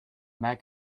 mac